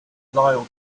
lyle